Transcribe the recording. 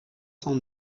cent